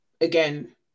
again